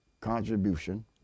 contribution